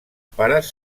pares